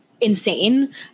insane